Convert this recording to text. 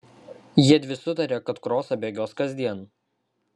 jiedvi sutarė kad krosą bėgios kasdien